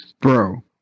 Bro